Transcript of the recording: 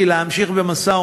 רכישתה.